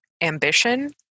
ambition